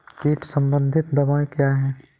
कीट संबंधित दवाएँ क्या हैं?